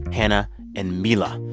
hannah and mila.